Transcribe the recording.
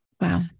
Wow